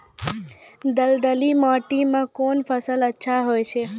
दलदली माटी म कोन फसल अच्छा होय छै?